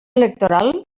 electoral